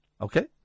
Okay